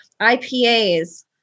IPAs